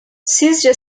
sizce